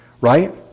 Right